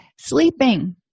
Sleeping